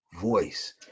voice